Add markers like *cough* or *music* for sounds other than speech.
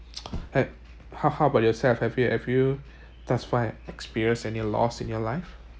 *noise* and how how about yourself have you have you thus far experienced any loss in your life